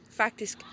faktisk